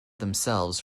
themselves